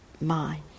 mind